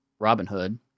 Robinhood